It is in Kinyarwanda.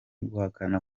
guhakana